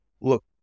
Look